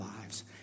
lives